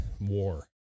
war